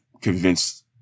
convinced